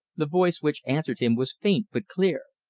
the voice which answered him was faint but clear.